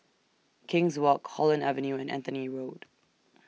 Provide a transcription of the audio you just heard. King's Walk Holland Avenue and Anthony Road